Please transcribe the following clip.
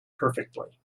perfectly